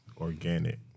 organic